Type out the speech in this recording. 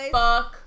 fuck